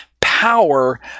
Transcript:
power